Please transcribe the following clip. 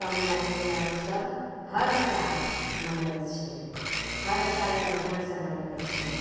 कमला पूजा ओसभ हर साल मनबै छै हर साल बढ़िआँसे मनबै छै